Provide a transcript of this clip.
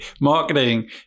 marketing